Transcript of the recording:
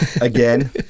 again